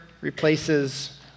replaces